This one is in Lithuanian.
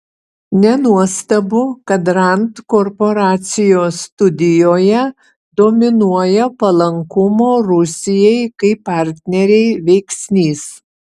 nenuostabu kad rand korporacijos studijoje dominuoja palankumo rusijai kaip partnerei veiksnys